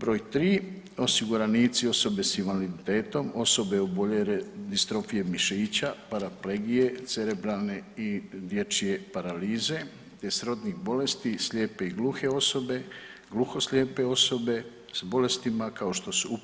Broj 3 osiguranici osobe s invaliditetom, osobe oboljele od distrofije mišića, paraplegije, cerebralne i dječje paralize te srodnih bolesti, slijepe i gluhe osobe, gluhoslijepe osobe s bolestima kao što su